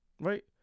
right